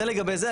זה לגבי זה.